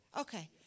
Okay